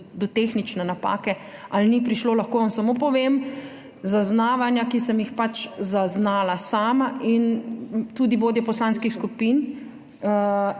do tehnične napake ali ni prišlo. Lahko vam samo povem zaznavanja, ki sem jih zaznala sama in tudi vodje poslanskih skupin,